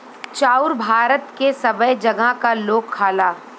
चाउर भारत के सबै जगह क लोग खाला